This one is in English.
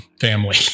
family